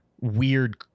weird